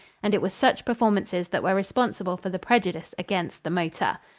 and it was such performances that were responsible for the prejudice against the motor.